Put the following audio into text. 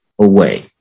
away